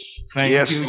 Yes